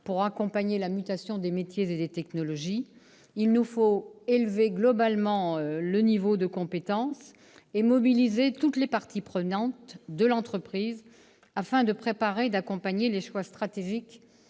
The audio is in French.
pour accompagner la mutation des métiers et des technologies. Il nous faut élever globalement le niveau de compétences et mobiliser toutes les parties prenantes de l'entreprise afin de préparer et d'accompagner les choix stratégiques